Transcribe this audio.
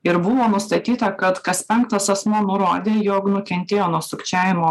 ir buvo nustatyta kad kas penktas asmuo nurodė jog nukentėjo nuo sukčiavimo